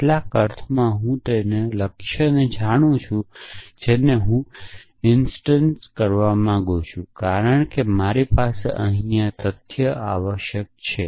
કેટલાક અર્થમાં હું તે લક્ષ્યને જાણું છું કે જેને હું ઇન્સ્ટન્ટ કરવા માંગું છું કારણ કે મારી પાસે અહીં આ તથ્ય આવશ્યક છે